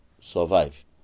survive